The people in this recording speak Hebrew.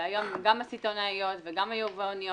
והיום הן גם הסיטונאיות וגם היבואניות,